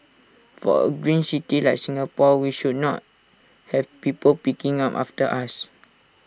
for A green city like Singapore we should not have people picking up after us